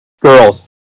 girls